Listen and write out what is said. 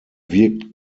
wirkt